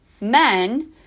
men